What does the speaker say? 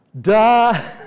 Duh